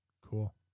Cool